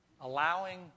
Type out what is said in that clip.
allowing